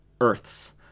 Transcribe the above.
Earths